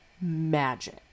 magic